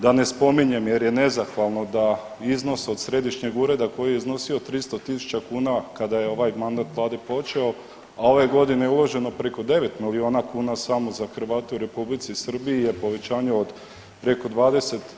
Da ne spominjem jer je nezahvalno da iznos od Središnjeg ureda koji je iznosio 300 tisuća kuna kada je ovaj mandat Vlade počeo, a ove godine je uloženo preko 9 milijuna kuna samo za Hrvate u Republici Srbiji je povećanje od preko 20%